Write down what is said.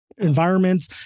environments